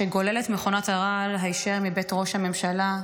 שגולל את מכונת הרעל היישר מבית ראש הממשלה,